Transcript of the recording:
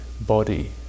body